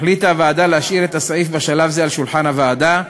החליטה הוועדה להשאיר את הסעיף בשלב זה על שולחן הוועדה,